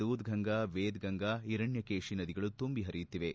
ದೂದ್ಗಂಗಾ ವೇದಗಂಗಾ ಹಿರಣ್ಯಕೇಶಿ ನದಿಗಳು ತುಂಬಿ ಹರಿಯುತ್ತಿವೆ